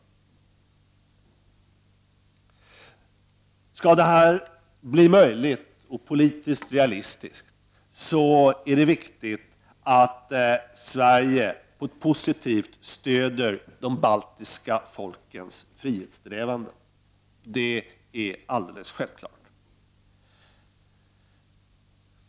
För att detta skall bli möjligt och politiskt realistiskt är det viktigt att Sverige positivt stöder de baltiska folkens frihetssträvanden. Det är alldeles självklart.